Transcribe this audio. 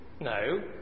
No